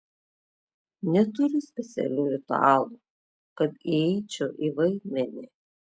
neturiu specialių ritualų kad įeičiau į vaidmenį